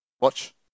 Watch